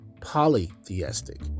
polytheistic